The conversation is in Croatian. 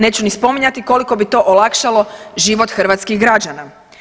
Neću ni spominjati koliko bi to olakšalo život hrvatskih građana.